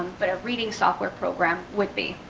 but a reading software program would be.